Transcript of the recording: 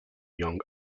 young